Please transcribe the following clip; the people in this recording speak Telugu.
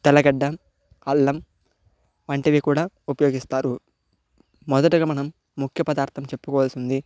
తెల్లగడ్డ అల్లం వంటివి కూడా ఉపయోగిస్తారు మొదటగా మనం ముఖ్యపదార్థం చెప్పవలసింది